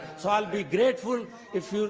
so, i'd be grateful if you.